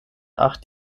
acht